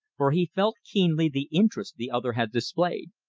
for he felt keenly the interest the other had displayed.